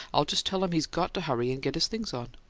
i'll just tell him he's got to hurry and get his things on.